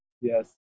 Yes